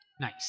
Nice